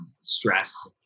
stress